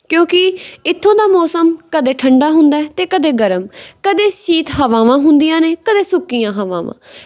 ਕਿਉਂਕਿ ਇੱਥੋਂ ਦਾ ਮੌਸਮ ਕਦੇ ਠੰਡਾ ਹੁੰਦਾ ਅਤੇ ਕਦੇ ਗਰਮ ਕਦੇ ਸੀਤ ਹਵਾਵਾਂ ਹੁੰਦੀਆਂ ਨੇ ਕਦੇ ਸੁੱਕੀਆਂ ਹਵਾਵਾਂ